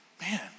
man